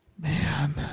Man